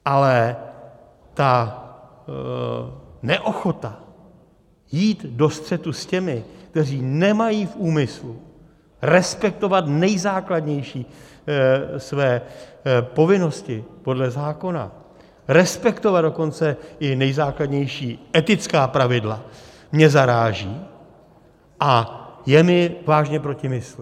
Ale ta neochota jít do střetu s těmi, kteří nemají v úmyslu respektovat své nejzákladnější povinnosti podle zákona, respektovat dokonce i nejzákladnější etická pravidla, mě zaráží a je mi vážně proti mysli.